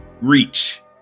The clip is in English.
reach